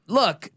look